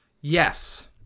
Yes